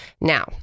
Now